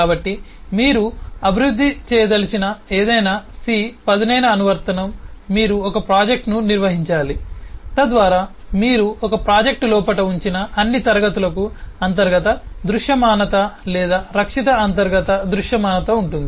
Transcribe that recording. కాబట్టి మీరు అభివృద్ధి చేయదలిచిన ఏదైనా సి పదునైన అనువర్తనం మీరు ఒక ప్రాజెక్ట్ను నిర్వచించాలి తద్వారా మీరు ఒక ప్రాజెక్ట్ లోపల ఉంచిన అన్ని క్లాస్ లకు అంతర్గత దృశ్యమానత లేదా రక్షిత అంతర్గత దృశ్యమానత ఉంటుంది